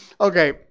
Okay